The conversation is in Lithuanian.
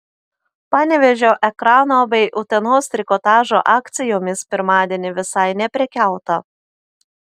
panevėžio ekrano bei utenos trikotažo akcijomis pirmadienį visai neprekiauta